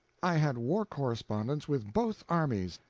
i had war correspondents with both armies.